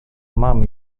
mam